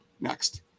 Next